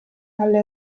alle